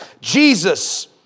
Jesus